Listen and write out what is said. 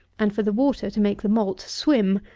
and for the water to make the malt swim,